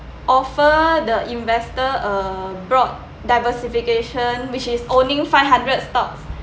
offer the investor a broad diversification which is only five hundred stocks